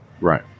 right